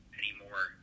anymore